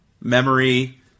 memory